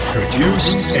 Produced